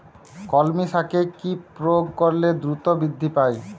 কলমি শাকে কি প্রয়োগ করলে দ্রুত বৃদ্ধি পায়?